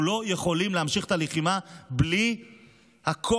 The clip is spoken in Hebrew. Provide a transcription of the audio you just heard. אנחנו לא יכולים להמשיך את הלחימה בלי הכוח